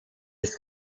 ist